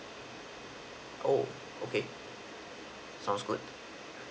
oh okay sounds good